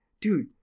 Dude